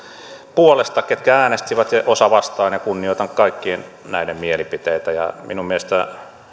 puolesta ketkä äänestivät ja osa vastaan kunnioitan kaikkien näiden mielipiteitä ja minun mielestäni